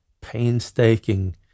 painstaking